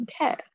Okay